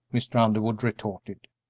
mr. underwood retorted.